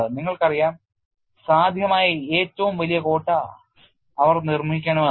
നിങ്ങൾക്കറിയാം സാധ്യമായ ഏറ്റവും വലിയ കോട്ട അവർ നിർമ്മിക്കണമെന്ന്